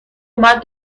اومد